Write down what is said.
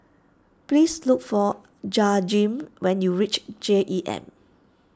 please look for Jaheem when you reach J E M